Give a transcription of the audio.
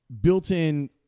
built-in